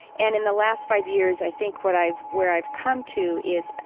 and in the last five years, i think what i've where i've come to is,